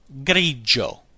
grigio